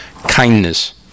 kindness